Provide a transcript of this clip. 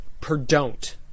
per-don't